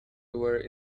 were